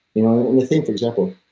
you know think for example